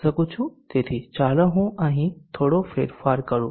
તેથી ચાલો હું અહીં થોડો ફેરફાર કરું